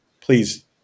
please